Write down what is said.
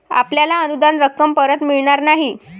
आपल्याला अनुदान रक्कम परत मिळणार नाही